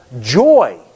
joy